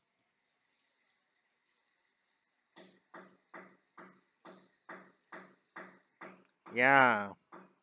ya